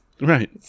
Right